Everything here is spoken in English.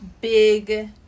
big